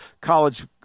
college